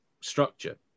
structure